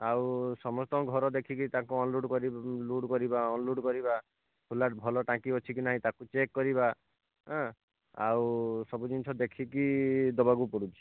ଆଉ ସମସ୍ତଙ୍କ ଘର ଦେଖିକି ତାଙ୍କ ଅନ୍ଲୋଡ଼୍ କରି ଲୋଡ଼୍ କରିବା ଅନ୍ଲୋଡ଼୍ କରିବା ସୋଲାର୍ ଭଲ ଟାଙ୍କି ଅଛି କି ନାହିଁ ତା'କୁ ଚେକ୍ କରିବା ଆଉ ସବୁ ଜିନିଷ ଦେଖିକି ଦେବାକୁ ପଡ଼ୁଛି